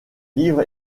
livres